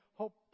hope